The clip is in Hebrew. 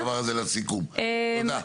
הבנתי, אני מבקש לשמור את הדבר הזה לסיכום תודה.